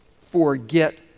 forget